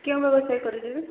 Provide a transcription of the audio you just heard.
କେଉଁ ବ୍ୟବସାୟ କରିଦେବି